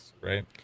right